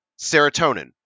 serotonin